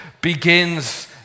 begins